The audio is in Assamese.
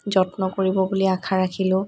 যত্ন কৰিব বুলি আশা ৰাখিলো